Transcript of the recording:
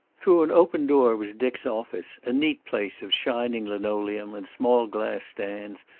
through an open door was dick's office, a neat place of shining linoleum and small glass stands,